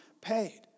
paid